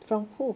from who